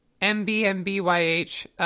M-B-M-B-Y-H